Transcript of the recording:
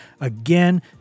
Again